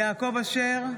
יעקב אשר,